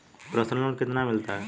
Personal loan कितना मिलता है?